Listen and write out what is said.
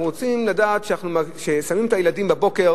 אנחנו רוצים לדעת שכשמים את הילדים בבוקר